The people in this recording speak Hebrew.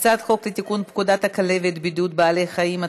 ההצעה להעביר את הצעת חוק לתיקון פקודת הכלבת (בידוד בעלי חיים),